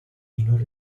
minor